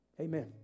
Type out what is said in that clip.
Amen